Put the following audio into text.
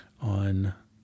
on